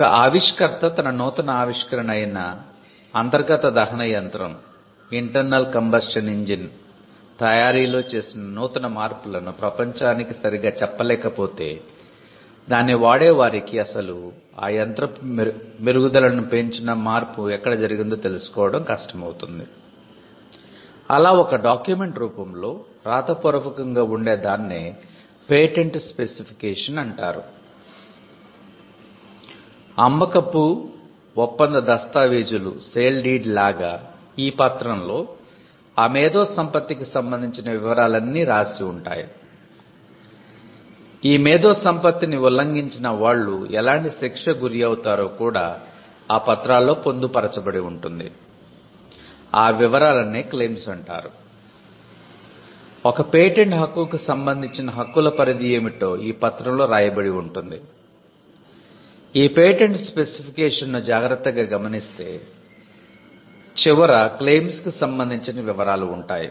ఒక ఆవిష్కర్త తన నూతన ఆవిష్కరణ అయిన అంతర్గత దహన యంత్రం ను జాగ్రత్తగా గమనిస్తే చివర క్లెయిమ్స్ కు సంబందించిన వివరాలు ఉంటాయి